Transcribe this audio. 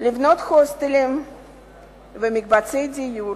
לבנות הוסטלים ומקבצי דיור